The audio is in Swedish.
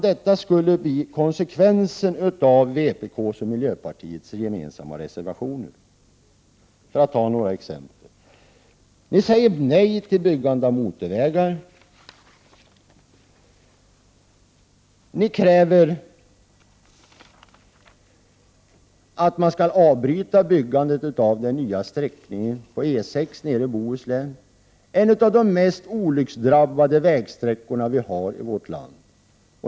Detta skulle bli konsekvensen av vpk:s och miljöpartiets gemensamma reservationer. Jag skall ta några exempel. Ni säger nej till byggande av motorvägar. Ni kräver att man skall avbryta byggandet av den nya sträckningen på E 6 nere i Bohuslän. Det är en av de mest olycksdrabbade vägsträckorna i vårt land.